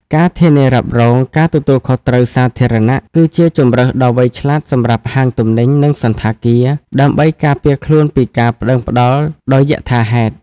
ការធានារ៉ាប់រងការទទួលខុសត្រូវសាធារណៈ គឺជាជម្រើសដ៏វៃឆ្លាតសម្រាប់ហាងទំនិញ និងសណ្ឋាគារ ដើម្បីការពារខ្លួនពីការប្ដឹងផ្ដល់ដោយយថាហេតុ។